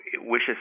wishes